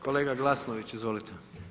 Kolega Glasnović, izvolite.